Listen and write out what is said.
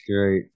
great